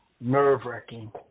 nerve-wracking